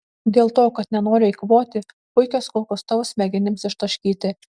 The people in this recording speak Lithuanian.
dėl to kad nenoriu eikvoti puikios kulkos tavo smegenims ištaškyti